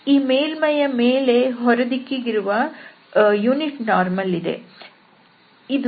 ಈ ಮೇಲ್ಮೈ ಯ ಮೇಲೆ ಹೊರ ದಿಕ್ಕಿಗಿರುವ ಏಕಾಂಶ ಲಂಬ ವಿದೆ